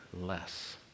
less